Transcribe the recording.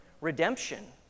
redemption